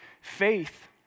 faith